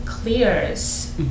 clears